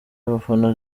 abafana